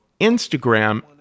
Instagram